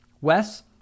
wes